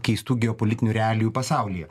keistų geopolitinių realijų pasaulyje